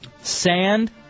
Sand